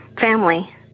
family